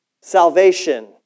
salvation